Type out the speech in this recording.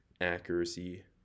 accuracy